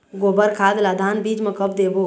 गोबर खाद ला धान बीज म कब देबो?